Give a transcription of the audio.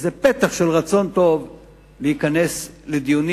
איזה פתח של רצון טוב להיכנס לדיונים